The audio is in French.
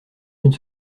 d’une